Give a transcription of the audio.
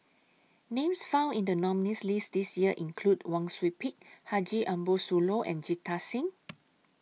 Names found in The nominees' list This Year include Wang Sui Pick Haji Ambo Sooloh and Jita Singh